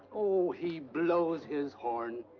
oh, he blows his horn.